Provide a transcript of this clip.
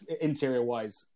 interior-wise